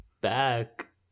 back